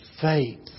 faith